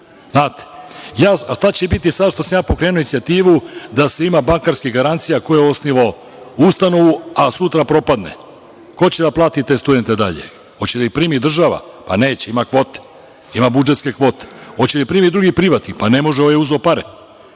A šta će biti sada što sam ja pokrenuo inicijativu da se ima bankarskih garancija ko je osnovao ustanovu, a sutra propadne? Ko će da plati te studente dalje? Hoće li da ih primi država? Pa, neće, ima kvote, ima budžetske kvote. Hoće li da ih primi drugi privatnik? Pa, ne može, ovaj uzeo pare.